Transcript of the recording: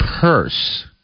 purse